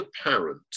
apparent